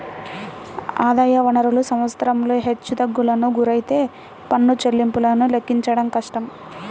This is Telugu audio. ఆదాయ వనరులు సంవత్సరంలో హెచ్చుతగ్గులకు గురైతే పన్ను చెల్లింపులను లెక్కించడం కష్టం